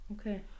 okay